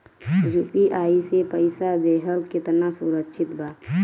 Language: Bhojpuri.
यू.पी.आई से पईसा देहल केतना सुरक्षित बा?